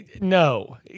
no